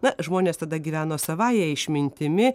na žmonės tada gyveno savąja išmintimi